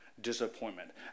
disappointment